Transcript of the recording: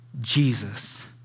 Jesus